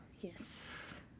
Yes